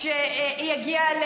יגיע.